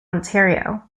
ontario